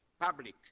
public